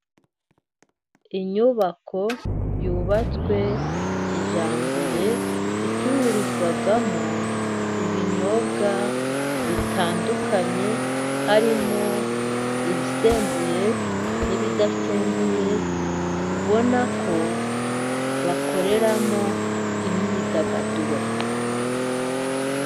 Inyubako yubatswe kijyambere， icururizwamo ibinyobwa bitandukanye， harimo ibisembuye n'ibidasembuye， ubona ko bakoreramo imyidagaduro.